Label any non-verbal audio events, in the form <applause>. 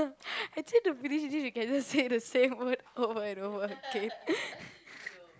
<breath> actually to finish this we can just say the same word over and over again <noise>